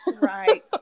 right